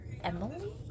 emily